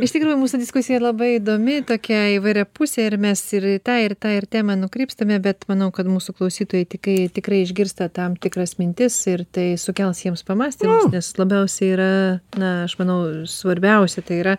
iš tikrųjų mūsų diskusija labai įdomi tokia įvairiapusė ir mes ir tą ir tą ir temą nukrypstame bet manau kad mūsų klausytojai tikai tikrai išgirsta tam tikras mintis ir tai sukels jiems pamąstymų nes labiausiai yra na aš manau svarbiausia tai yra